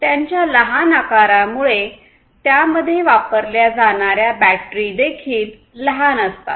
त्यांच्या लहान आकारामुळे त्यामध्ये वापरल्या जाणार्या बॅटरी देखील लहान असतात